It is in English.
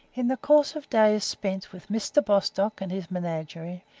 in the course of days spent with mr. bostock and his menagerie,